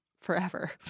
forever